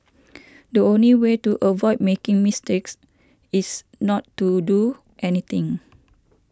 the only way to avoid making mistakes is not to do anything